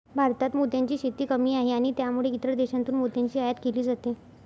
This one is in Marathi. भारतात मोत्यांची शेती कमी आहे आणि त्यामुळे इतर देशांतून मोत्यांची आयात केली जाते